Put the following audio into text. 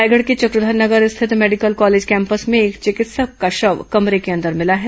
रायगढ़ के चक्रघर नगर स्थित medical college campus में एक चिकित्सक का शव कमरे के अंदर मिला है